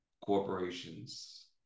corporations